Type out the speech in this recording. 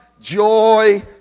joy